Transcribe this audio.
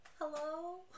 hello